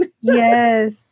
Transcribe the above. Yes